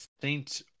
Saint